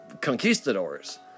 conquistadors